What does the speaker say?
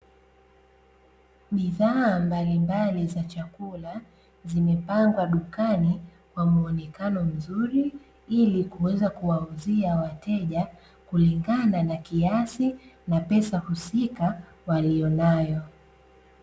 Bidhaa mbalimbali za chakula zimepangwa dukani kwa muonekano mzuri ili kuweza kuwauzia wateja kulingana na kiasi, na pesa husika walionayo.